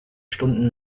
stunden